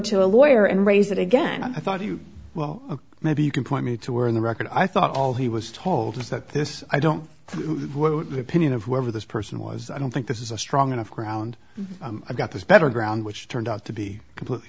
to a lawyer and raise it again i thought you well maybe you can point me to where in the record i thought all he was told is that this i don't pin of whoever this person was i don't think this is a strong enough ground i've got this better ground which turned out to be completely